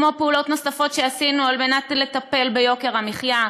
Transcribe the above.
כמו פעולות נוספות שעשינו כדי לטפל ביוקר המחיה.